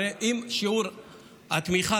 הרי אם שיעור התמיכה,